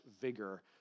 vigor